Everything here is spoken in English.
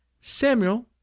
Samuel